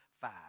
five